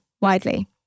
widely